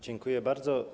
Dziękuję bardzo.